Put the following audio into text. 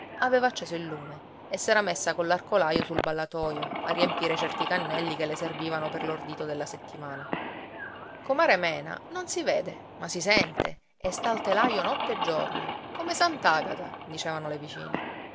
aveva acceso il lume e s'era messa coll'arcolaio sul ballatoio a riempire certi cannelli che le servivano per l'ordito della settimana comare mena non si vede ma si sente e sta al telaio notte e giorno come sant'agata dicevano le vicine